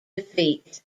defeat